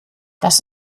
das